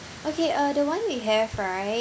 okay uh the [one] we have right